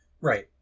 right